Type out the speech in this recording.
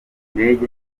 ndege